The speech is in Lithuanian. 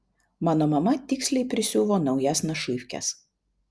mano mama tiksliai prisiuvo naujas našyvkes